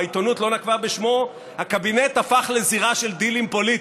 העיתונות לא נקבה בשמו: הקבינט הפך לזירה של דילים פוליטיים.